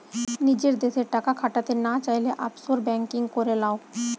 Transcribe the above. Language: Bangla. নিজের দেশে টাকা খাটাতে না চাইলে, অফশোর বেঙ্কিং করে লাও